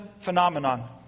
phenomenon